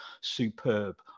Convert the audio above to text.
superb